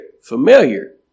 familiar